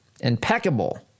impeccable